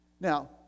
Now